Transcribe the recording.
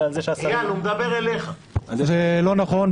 אלא על זה שהשרים --- זה לא נכון.